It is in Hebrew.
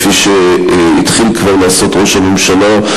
כפי שכבר התחיל לעשות ראש הממשלה,